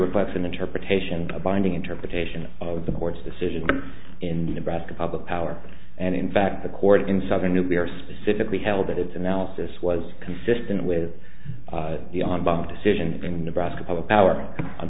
reflects an interpretation a binding interpretation of the court's decision in the nebraska public power and in fact the court in southern nuclear specifically held that its analysis was consistent with the on bob decision going nebraska public power on